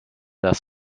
das